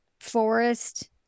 forest